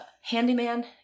handyman